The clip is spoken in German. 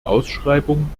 ausschreibung